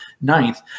ninth